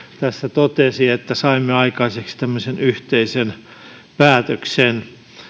totesi että saimme aikaiseksi tämmöisen yhteisen päätöksen